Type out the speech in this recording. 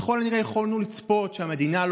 ככל הנראה יכולנו לצפות שהמדינה לא